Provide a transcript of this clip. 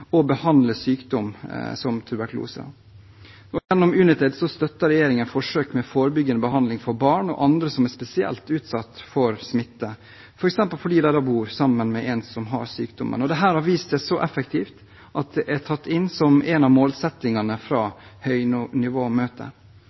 og behandle sykdommer som tuberkulose. Gjennom Unitaid støtter regjeringen forsøk med forebyggende behandling for barn og andre som er spesielt utsatt for smitte, f.eks. fordi de bor sammen med en som har sykdommen. Dette har vist seg så effektivt at det er tatt inn som en av målsettingene fra